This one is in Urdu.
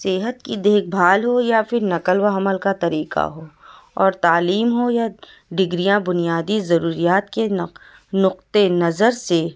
صحت کی دیکھ بھال ہو یا پھر نقل و حمل کا طریقہ ہو اور تعلیم ہو یا ڈگریاں بنیادی ضروریات کے نق نقطہ نظر سے